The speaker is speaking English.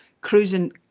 cruising